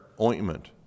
ointment